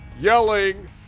Yelling